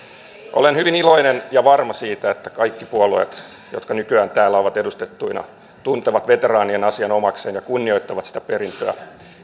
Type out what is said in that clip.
olen hyvin iloinen ja varma siitä että kaikki puolueet jotka nykyään täällä ovat edustettuina tuntevat veteraanien asian omakseen ja kunnioittavat sitä perintöä